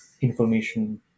information